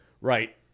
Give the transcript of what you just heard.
Right